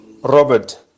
Robert